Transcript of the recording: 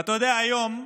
ואתה יודע, היום,